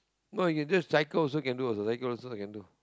no you can just cycle also can do also cycle also can do